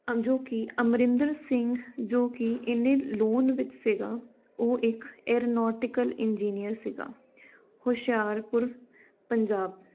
ਆ ਜੋ ਕਿ ਅਮਰਿੰਦਰ ਸਿੰਘ ਜੋ ਕਿ ਇੰਨੇ ਲੋਨ ਵਿੱਚ ਸੀਗਾ ਉਹ ਇਕ ਇਰਨੋਟੀਕਲ ਇੰਜੀਨੀਅਰ ਸੀਗਾ ਹੁਸ਼ਿਆਰਪੁਰ ਪੰਜਾਬ